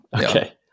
Okay